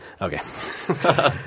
Okay